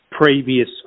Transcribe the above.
previous